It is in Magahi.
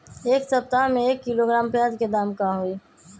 एक सप्ताह में एक किलोग्राम प्याज के दाम का होई?